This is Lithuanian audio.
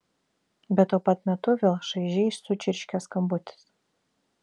bet tuo pat metu vėl šaižiai sučirškė skambutis